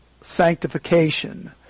sanctification